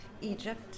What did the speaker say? Egypt